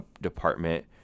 Department